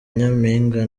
nyampinga